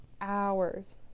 hours